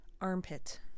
Armpit